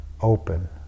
open